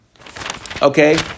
okay